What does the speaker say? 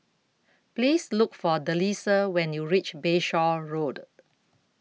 Please Look For Delisa when YOU REACH Bayshore Road